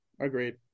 agreed